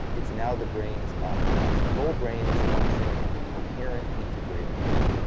it's now the brain is optimized. the whole brain is functioning in a coherent, integrated way.